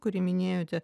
kurį minėjote